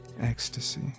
ecstasy